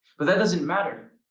but that doesn't matter.